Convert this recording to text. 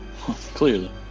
clearly